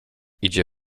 idzie